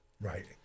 Right